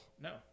No